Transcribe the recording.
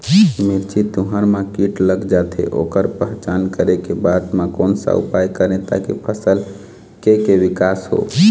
मिर्ची, तुंहर मा कीट लग जाथे ओकर पहचान करें के बाद मा कोन सा उपाय करें ताकि फसल के के विकास हो?